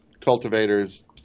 cultivators